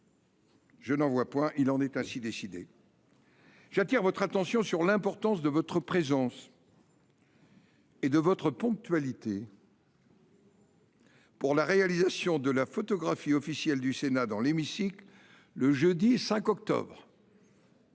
élément fort de notre culture ! J’attire votre attention sur l’importance de votre présence et de votre ponctualité pour la réalisation de la photographie officielle du Sénat dans l’hémicycle le jeudi 5 octobre,